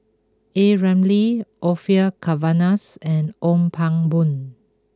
A Ramli Orfeur Cavenaghs and Ong Pang Boon